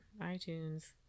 iTunes